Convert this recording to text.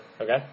Okay